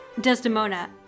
Desdemona